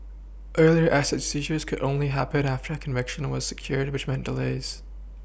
earlier asset seizures could only happen after a conviction order secured which meant delays